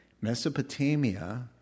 Mesopotamia